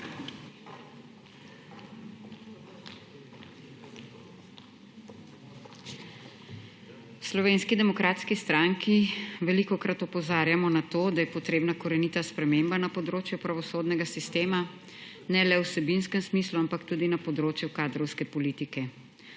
Slovenski demokratski stranki velikokrat opozarjamo na to, da je potrebna korenita sprememba na področju pravosodnega sistema ne le v vsebinskem smislu, ampak tudi na področju kadrovske politike.